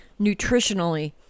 nutritionally